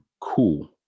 cool